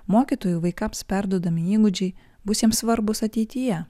mokytojų vaikams perduodami įgūdžiai bus jiems svarbūs ateityje